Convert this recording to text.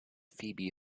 phoebe